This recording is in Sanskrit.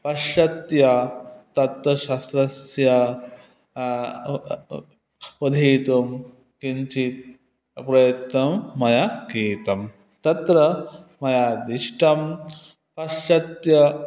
पाश्चात्यतत्त्वशास्त्रम् अधीतुं किञ्चित् प्रयत्नं मया कृतं तत्र मया दृष्टं पाश्चात्य